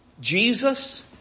Jesus